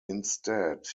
instead